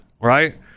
right